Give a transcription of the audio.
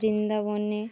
বৃন্দাবনে